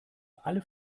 alle